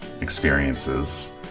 experiences